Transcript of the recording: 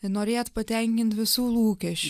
norėt patenkint visų lūkesčius